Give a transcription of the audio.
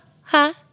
ha